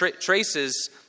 traces